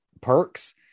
perks